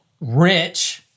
rich